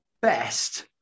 best